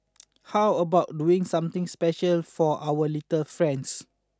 how about doing something special for our little friends